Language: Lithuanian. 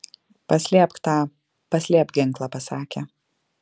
paslėpk tą paslėpk ginklą pasakė